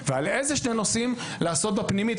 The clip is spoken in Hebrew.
ועל איזה שני נושאים לעשות בבחינה הפנימית.